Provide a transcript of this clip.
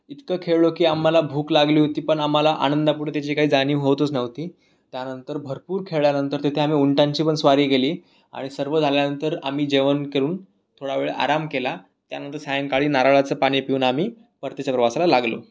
इतकं खेळलो की आम्हाला भूक लागली होती पण आम्हाला आनंदापुढे त्याची काही जाणीव होतच नव्हती त्यानंतर भरपूर खेळल्यानंतर तिथे आम्ही उंटांची पण स्वारी केली आणि सर्व झाल्यानंतर आम्ही जेवण करून थोड्यावेळ आराम केला त्यानंतर सायंकाळी नारळचं पाणी पिऊन आम्ही परतीच्या प्रवासाला लागलो